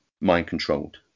mind-controlled